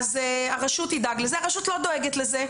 הרשות תדאג לזה.